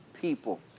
people